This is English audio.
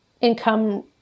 income